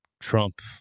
trump